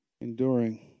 enduring